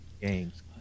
games